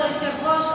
כבוד היושב-ראש,